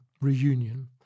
reunion